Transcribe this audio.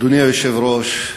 אדוני היושב-ראש,